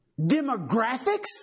demographics